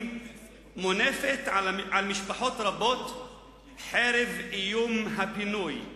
מונפת על משפחות רבות חרב האיום בפינוי.